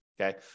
okay